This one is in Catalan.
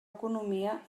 economia